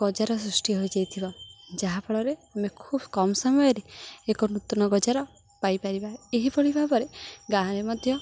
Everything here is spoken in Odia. ଗଜା ସୃଷ୍ଟି ହୋଇଯାଇଥିବ ଯାହାଫଳରେ ଆମେ ଖୁବ୍ କମ ସମୟରେ ଏକ ନୂତନ ଗଜା ପାଇପାରିବା ଏହିଭଳି ଭାବରେ ଗାଁରେ ମଧ୍ୟ